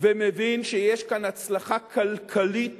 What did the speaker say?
ומבין שיש כאן הצלחה כלכלית